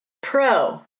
Pro